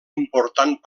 important